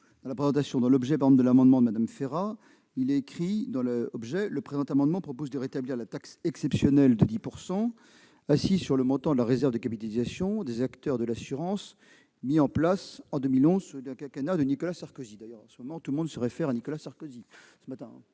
dans l'objet de l'amendement de Mme Férat : il y est écrit que celui-ci « propose de rétablir la taxe exceptionnelle de 10 % assise sur le montant de la réserve de capitalisation des acteurs de l'assurance, mise en place en 2011 sous le quinquennat de Nicolas Sarkozy »-